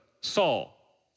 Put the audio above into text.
Saul